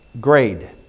Grade